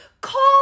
call